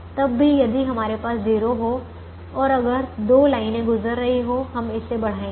तब भी यदि हमारे पास 0 हो और अगर दो लाइनें गुजर रही हो हम इसे बढ़ाएंगे